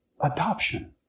adoption